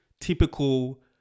typical